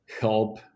help